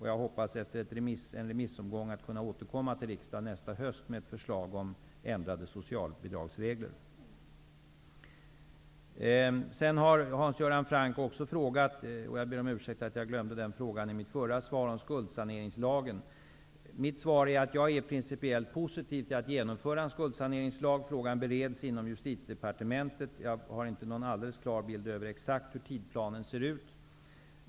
Jag hoppas att efter remissomgången kunna återkomma till riksdagen nästa höst med förslag till ändrade regler för socialbidrag. Hans Göran Franck ställde en fråga om skuldsaneringslagen. Ja ber om ursäkt för att jag glömde att svara på den frågan i mitt förra inlägg. Jag är principiellt positiv till att genomföra en skuldsaneringslag. Frågan bereds inom Justitiedepartementet. Jag har inte en alldeles klar bild över exakt hur tidsplanen ser ut.